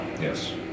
Yes